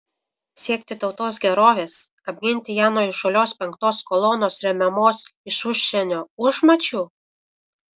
siekti tautos gerovės apginti ją nuo įžūlios penktos kolonos remiamos iš užsienio užmačių